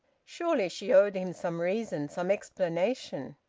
surely she owed him some reason, some explanation!